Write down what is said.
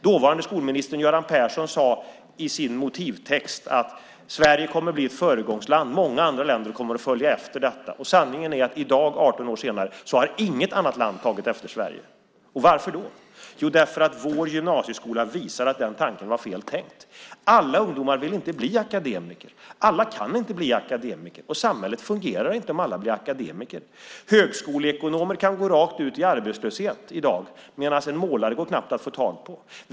Dåvarande skolministern Göran Persson sade i sin motivtext att Sverige kommer att bli ett föregångsland. Många andra länder kommer att följa efter detta. Sanningen är att i dag, 18 år senare, har inget annat land tagit efter Sverige. Varför då? Jo, därför att vår gymnasieskola visar att den tanken var fel tänkt. Alla ungdomar vill inte bli akademiker. Alla kan inte bli akademiker, och samhället fungerar inte om alla blir akademiker. Högskoleekonomer kan gå rakt ut i arbetslöshet i dag, medan det knappt går att få tag på en målare.